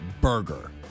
burger